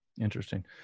Interesting